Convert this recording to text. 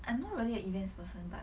I'm not really a events person but